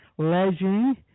Legend